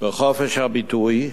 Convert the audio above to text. בחופש הביטוי,